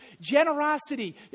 Generosity